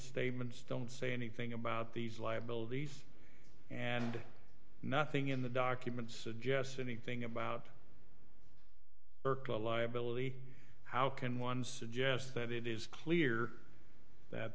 statements don't say anything about these liabilities and nothing in the documents suggest anything about the liability how can one suggest that it is clear that